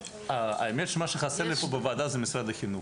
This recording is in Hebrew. האמת שמה שחסר לי פה בוועדה זה משרד החינוך,